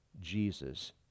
Jesus